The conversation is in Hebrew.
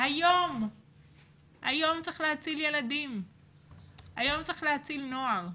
אלא היום צריך להציל ילדים היום צריך להציל נוער.